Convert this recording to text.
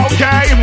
Okay